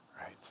right